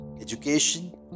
education